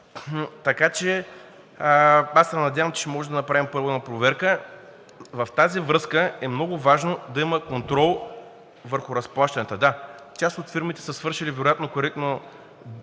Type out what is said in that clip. така че пак се надявам, че ще може да направим пълна проверка. В тази връзка е много важно да има контрол върху разплащанията. Да, част от фирмите са свършили вероятно коректно тези